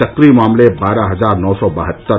सक्रिय मामले बारह हजार नौ सौ बहत्तर